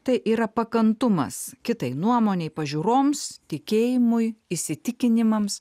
tai yra pakantumas kitai nuomonei pažiūroms tikėjimui įsitikinimams